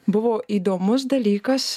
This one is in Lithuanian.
buvo įdomus dalykas